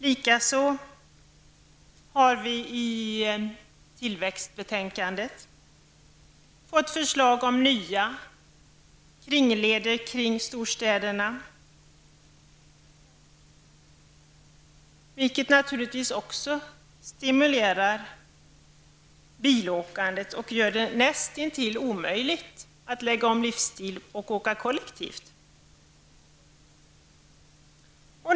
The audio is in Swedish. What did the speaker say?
Likaså framförs i tillväxtpropositionen förslag om nya kringleder runt storstäderna, vilket naturligtvis också stimulerar bilåkandet och gör det näst intill omöjligt att lägga om livsstil och åka kollektivt.